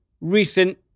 recent